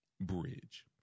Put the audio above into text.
bridge